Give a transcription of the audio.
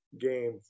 game